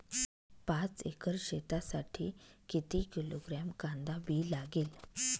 पाच एकर शेतासाठी किती किलोग्रॅम कांदा बी लागेल?